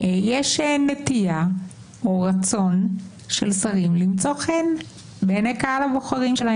יש נטייה או רצון לפעמים למצוא חן בעיני קהל הבוחרים.